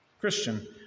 Christian